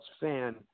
fan